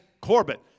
Corbett